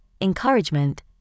encouragement